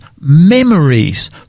memories